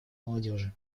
молодежи